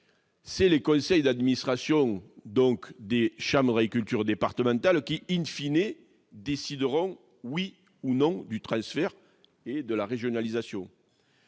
c'est les conseils d'administration, donc dès Chamery culture départementale qui in fine et décideront oui ou non du transfert de la régionalisation.